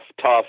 tough